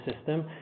system